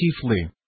chiefly